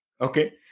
Okay